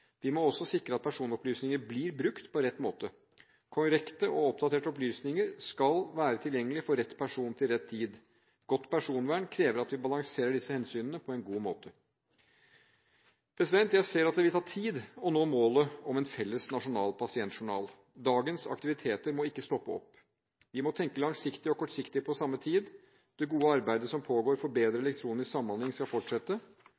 Vi må også sikre at personopplysninger blir brukt på rett måte. Korrekte og oppdaterte opplysninger skal være tilgjengelige for rett person til rett tid. Godt personvern krever at vi balanserer disse hensynene på en god måte. Jeg ser at det vil ta tid å nå målet om en felles nasjonal pasientjournal. Dagens aktiviteter må ikke stoppe opp. Vi må tenke langsiktig og kortsiktig på samme tid. Det gode arbeidet som pågår for bedre elektronisk samhandling, skal fortsette.